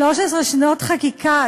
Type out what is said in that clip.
13 שנות חקיקה,